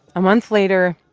a month later,